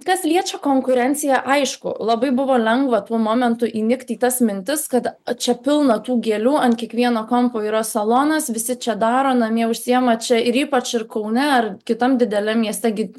kas liečia konkurenciją aišku labai buvo lengva tuo momentu įnikt į tas mintis kad čia pilna tų gėlių ant kiekvieno kampo yra salonas visi čia daro namie užsiima čia ir ypač ir kaune ar kitam dideliam mieste gi